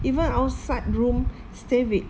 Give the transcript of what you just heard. even outside room stay with